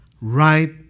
right